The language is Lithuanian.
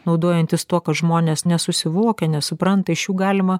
naudojantis tuo kad žmonės nesusivokia nesupranta iš jų galima